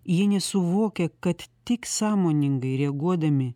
jie nesuvokia kad tik sąmoningai reaguodami